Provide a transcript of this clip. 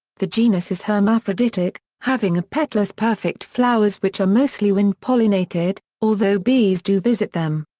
the genus is hermaphroditic, having ah apetalous perfect flowers which are mostly wind-pollinated, although bees do visit them.